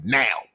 now